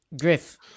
Griff